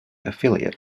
affiliate